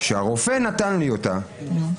שהרופא נתן לי אותה -- נו?